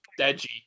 Deji